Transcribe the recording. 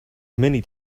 many